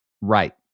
Right